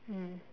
mm